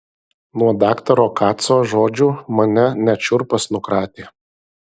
nuo daktaro kaco žodžių mane net šiurpas nukratė